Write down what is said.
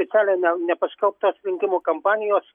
specialiai ne nepaskelbtos rinkimų kampanijos